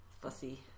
Fussy